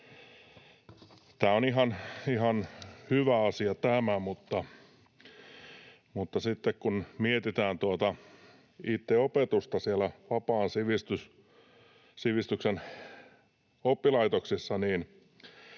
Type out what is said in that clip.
Tämä on ihan hyvä asia, mutta sitten kun mietitään tuota itse opetusta siellä vapaan sivistyksen oppilaitoksissa,